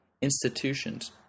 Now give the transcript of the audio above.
Institutions